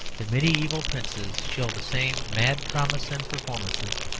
the medieval princes show the same mad promises and performances,